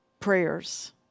prayers